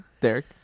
Derek